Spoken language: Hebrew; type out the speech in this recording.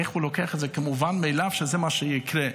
איך הוא לוקח את זה כמובן מאליו שזה מה שיקרה.